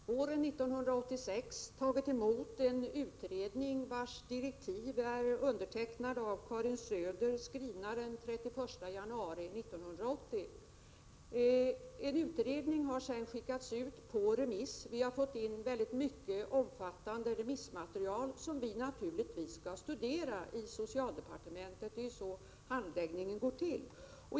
Herr talman! Jag har år 1986 tagit emot en utredning vars direktiv är undertecknade av Karin Söder den 31 januari 1980. Utredningens förslag har sedan skickats ut på remiss. Vi har fått in ett omfattande remissmaterial som vi naturligtvis skall studera i socialdepartementet — det är så handläggningen går till.